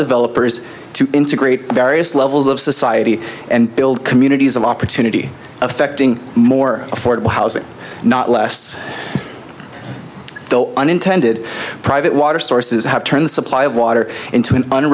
developers to integrate various levels of society and build communities of opportunity affecting more affordable housing not less the unintended private water sources have turned the supply of water into an